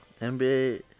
NBA